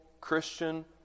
Christian